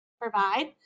provide